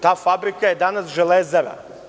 Ta fabrika je danas „Železara“